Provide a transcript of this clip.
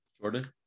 Jordan